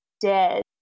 dead